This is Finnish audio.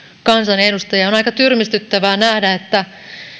kansanedustaja on aika tyrmistyttävää nähdä että